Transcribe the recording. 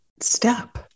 step